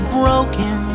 broken